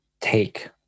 take